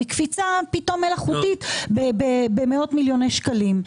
מקפיצה מלאכותית של מאות מיליוני שקלים.